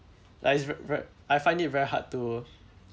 like it's ve~ ve~ I find it very hard to